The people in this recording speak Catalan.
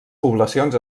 poblacions